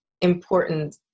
important